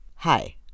Hi